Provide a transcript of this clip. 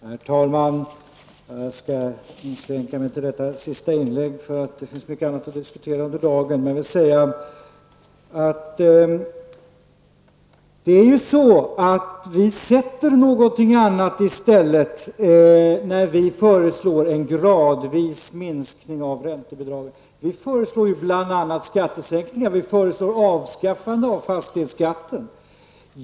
Herr talman! Jag skall inskränka mig till detta sista inlägg, eftersom det finns mycket annat att diskutera i dag. Vi sätter någonting annat i stället när vi föreslår en gradvis minskning av räntebidragen. Bl.a. föreslår vi ju skattesänkningar och avskaffande av fastighetsskatten.